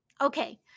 Okay